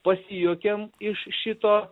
pasijuokėm iš šito